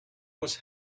was